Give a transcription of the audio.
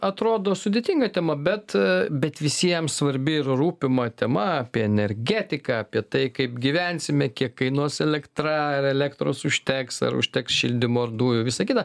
atrodo sudėtinga tema bet bet visiems svarbi ir rūpima tema apie energetiką apie tai kaip gyvensime kiek kainuos elektra ar elektros užteks ar užteks šildymo ir dujų visa kita